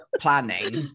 planning